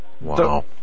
wow